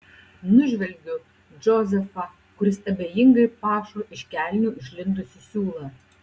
nužvelgiu džozefą kuris abejingai pašo iš kelnių išlindusį siūlą